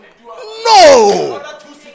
No